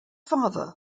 father